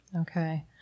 Okay